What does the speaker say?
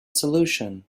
solution